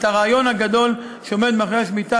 את הרעיון הגדול שעומד מאחורי השמיטה,